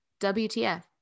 WTF